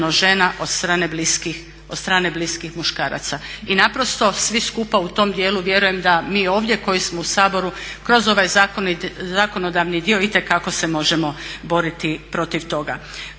I naprosto, svi skupa u tom dijelu vjerujem da mi ovdje koji smo u Saboru kroz ovaj zakonodavni dio itekako se možemo boriti protiv toga.